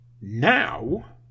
Now